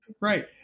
Right